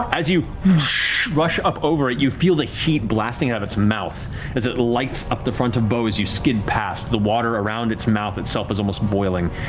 as you rush up over, ah you feel the heat blasting out of its mouth as it lights up the front of beau as you skid past, the water around its mouth itself is almost boiling.